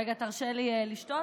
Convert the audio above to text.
רגע, תרשה לי לשתות.